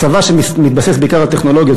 טכנולוגיות, צבא שמתבסס בעיקר על טכנולוגיות.